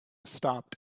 stopped